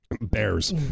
bears